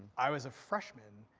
i was a freshman.